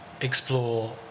explore